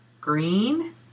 green